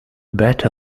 better